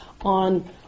on